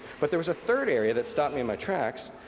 but there's a third area that stopped me in my tracks,